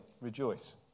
rejoice